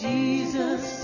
Jesus